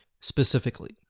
specifically